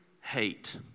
hate